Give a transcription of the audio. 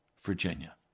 Virginia